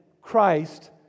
Christ